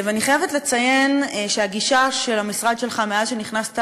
אני חייבת לציין שהגישה של המשרד שלך מאז שנכנסת